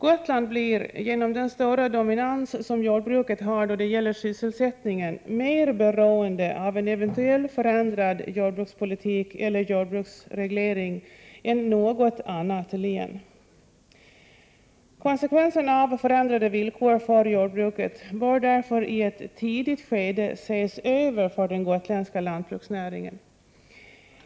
Gotland blir, genom den stora dominans som jordbruket har då det gäller sysselsättningen, mer beroende av en eventuell förändrad jordbrukspolitik eller jordbruksreglering än något annat län. Konsekvenserna av förändrade villkor för jordbruket bör därför i ett tidigt skede ses över för den gotländska lantbruksnäringen.